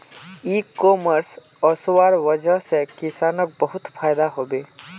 इ कॉमर्स वस्वार वजह से किसानक बहुत फायदा हबे